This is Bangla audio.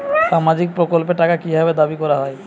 সামাজিক প্রকল্পের টাকা কি ভাবে দাবি করা হয়?